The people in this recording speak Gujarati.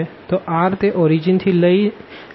તો r તે ઓરીજીન થી લઈને આ પોઈન્ટ સુધીનું અંતર છે